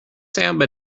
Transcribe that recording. samba